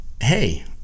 Hey